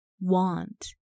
Want